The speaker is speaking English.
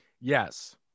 yes